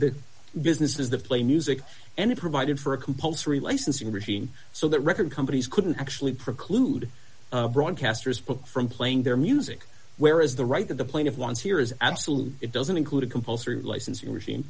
the business does that play music and it provided for a compulsory licensing regime so that record companies couldn't actually preclude broadcasters book from playing their music where is the right to the point of wants here is absolute it doesn't include a compulsory licensing